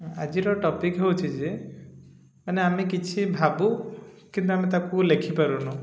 ଆଜିର ଟପିକ୍ ହେଉଛି ଯେ ମାନେ ଆମେ କିଛି ଭାବୁ କିନ୍ତୁ ଆମେ ତାକୁ ଲେଖିପାରୁନୁ